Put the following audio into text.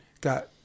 got